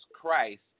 Christ